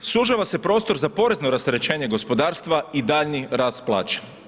Sužava se prostr za porezno rasterećenje gospodarstva i daljnji rast plaća.